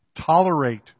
Tolerate